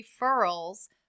referrals